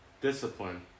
discipline